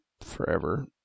forever